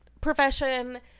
profession